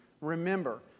remember